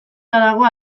dago